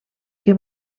que